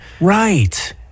Right